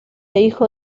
hijo